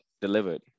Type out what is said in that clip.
delivered